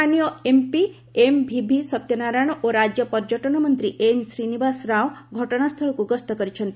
ସ୍ଥାନୀୟ MP MVV Satyanarayana ଓ ରାଜ୍ୟ ପର୍ଯ୍ୟଟନ ମନ୍ତ୍ରୀ ଏନ୍ ଶ୍ରୀନିବାସ ରାଓ ଘଟଣାସ୍ଥଳକୁ ଗସ୍ତ କରିଛନ୍ତି